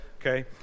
Okay